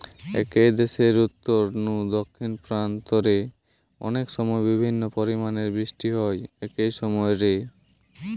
একই দেশের উত্তর নু দক্ষিণ প্রান্ত রে অনেকসময় বিভিন্ন পরিমাণের বৃষ্টি হয় একই সময় রে